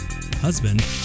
husband